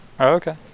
okay